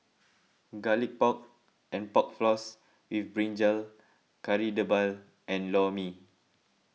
Garlic Pork and Pork Floss with Brinjal Kari Debal and Lor Mee